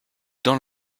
dans